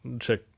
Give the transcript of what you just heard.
check